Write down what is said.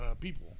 people